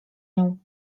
nią